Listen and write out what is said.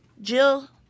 Jill